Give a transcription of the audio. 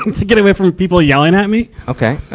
um to get away from people yelling at me. okay.